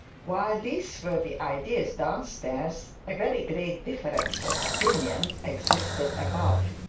while these were the ideas down-stairs, a very great difference of opinion existed above.